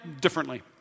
Differently